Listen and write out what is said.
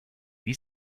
wie